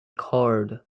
card